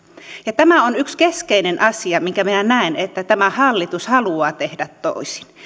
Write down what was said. ja tämä on yksi keskeinen asia mistä minä näen että tämä hallitus haluaa tehdä toisin